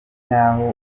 nk’aho